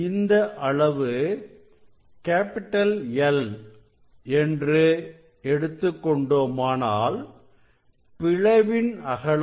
இந்த அளவு L என்று எடுத்துக் கொண்டோமானால் பிளவின் அகலம்